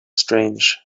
strange